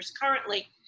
currently